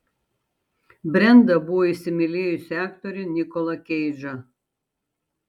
brenda buvo įsimylėjusi aktorių nikolą keidžą